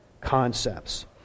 concepts